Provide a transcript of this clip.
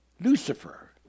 Lucifer